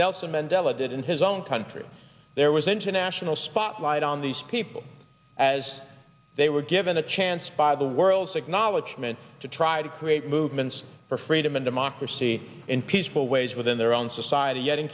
nelson mandela did in his own country there was international spotlight on these people as they were given the chance by the world's acknowledgement to try to create movements for freedom and democracy in peaceful ways within their own society yet in